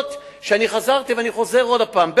אני חזרתי וחוזר עוד פעם על העובדות,